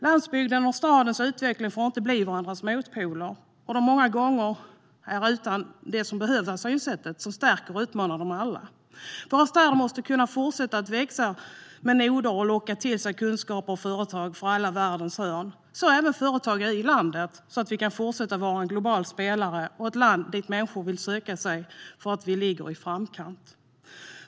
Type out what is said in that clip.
Landsbygdens och stadens utveckling får inte bli varandras motpoler som de många gånger är, utan det behövs ett synsätt som stärker och utmanar alla. Våra städer måste kunna fortsätta att växa med noder som lockar till sig kunskaper och företag från världens alla hörn. Detta gäller även för företag ute i landet så att vi kan fortsätta att vara en global spelare och ett land dit människor vill söka sig för att vi ligger i framkant.